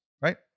right